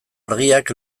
argiak